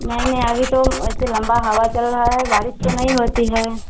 नहीं नहीं अभी तो वैसे लम्बी हवा चल रही है बारिश तो नहीं होती है